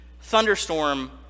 thunderstorm